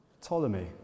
Ptolemy